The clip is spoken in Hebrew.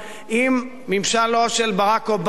עם ממשלו של ברק אובמה,